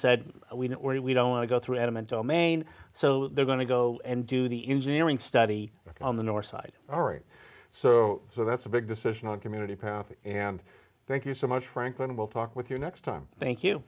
it we don't want to go through adamant domain so they're going to go and do the engineering study on the north side all right so so that's a big decision on community path and thank you so much franklin we'll talk with you next time thank you